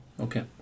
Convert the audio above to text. Okay